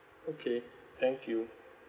okay thank you